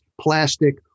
plastic